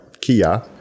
kia